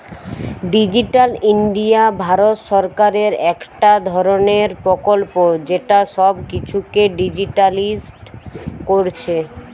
digital India Bharat সরকারের একটা ধরণের প্রকল্প যেটা সব কিছুকে ডিজিটালিসড কোরছে